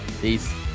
peace